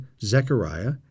Zechariah